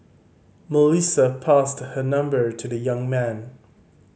Melissa passed her number to the young man